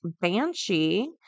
banshee